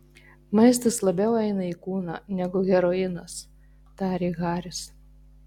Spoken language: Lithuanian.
maistas labiau eina į kūną negu heroinas tarė haris